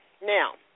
now